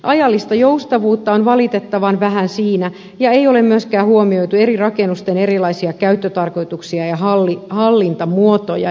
ajallista joustavuutta on valitettavan vähän siinä ja ei ole myöskään huomioitu eri rakennusten erilaisia käyttötarkoituksia ja hallintamuotoja